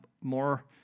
more